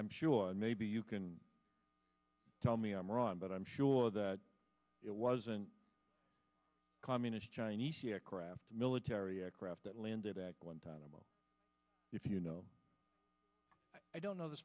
i'm sure maybe you can tell me i'm wrong but i'm sure that it wasn't communist chinese aircraft military aircraft that landed at guantanamo if you know i don't know the